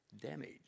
damage